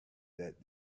that